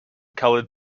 colored